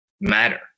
matter